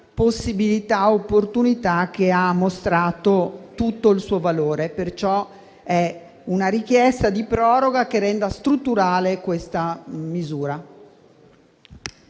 ad un'opportunità che ha mostrato tutto il suo valore. Perciò è una richiesta di proroga che renda strutturale questa misura.